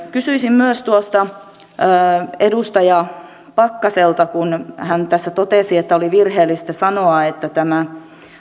myös edustaja pakkaselta kun hän tässä totesi että oli virheellistä sanoa että tämä